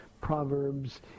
Proverbs